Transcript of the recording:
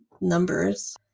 numbers